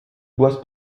boisse